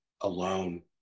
alone